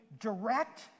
direct